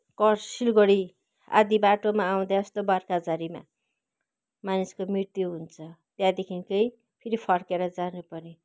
पर सिलगढी आधी बाटोमा आउँदै यस्तो बर्खाझरीमा मानिसको मृत्यु हुन्छ त्यहाँदेखिकै फेरि फर्केर जानुपर्ने